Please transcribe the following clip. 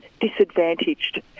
disadvantaged